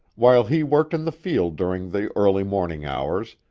while he worked in the field during the early morning hours,